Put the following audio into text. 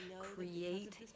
create